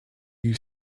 you